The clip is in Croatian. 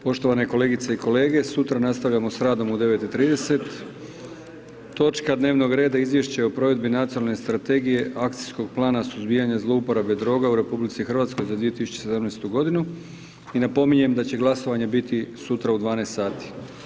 Poštovane kolegice i kolege, sutra nastavljamo s radom u 9 i 30, točka dnevnog reda Izvješće o provedbi nacionalne Strategije akcijskog plana suzbijanja zlouporabe droga u RH za 2017. g. i napominjem da će glasovanje biti sutra u 12 sati.